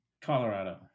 Colorado